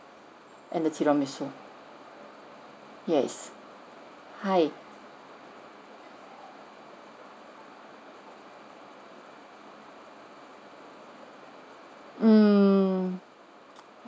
and the tiramisu yes hi mm